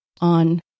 on